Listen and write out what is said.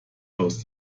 aus